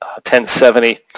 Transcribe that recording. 1070